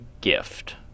gift